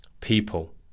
people